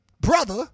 brother